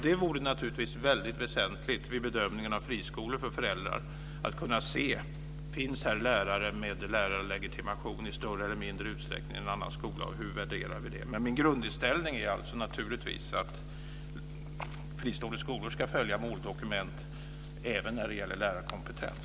Det vore naturligtvis väsentligt för föräldrar att vid bedömningen av friskolor kunna se om det där finns lärare med lärarlegitimation i större eller mindre utsträckning än vid en annan skola och hur man värderar det. Men min grundinställning är naturligtvis att fristående skolor ska följa måldokument även när det gäller lärarkompetens.